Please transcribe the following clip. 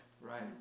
Right